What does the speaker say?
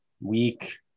week